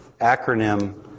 acronym